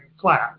flat